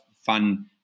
fun